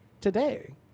today